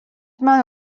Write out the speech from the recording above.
маань